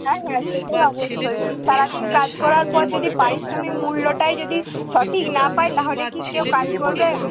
হ্যাঁ হ্যাঁ সে তো অবশ্যই সারা দিন কাজ করার পর যদি পারিশ্রমিক মূল্যটাই যদি সঠিক না পায় তাহলে কি কেউ কাজ করবে